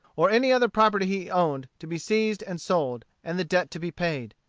or any other property he owned, to be seized and sold, and the debt to be paid.